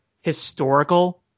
historical